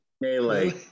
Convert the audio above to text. melee